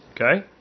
Okay